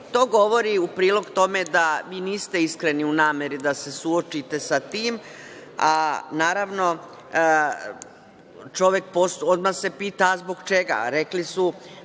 To govori u prilog tome da vi niste iskreni u nameri da se suočite sa tim. Naravno, čovek se odmah pita zbog čega,